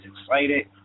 excited